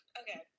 Okay